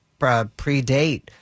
predate